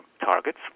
targets